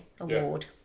Award